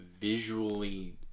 visually